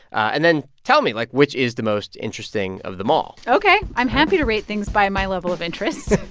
and then tell me, like, which is the most interesting of them all ok. i'm happy to rate things by my level of interest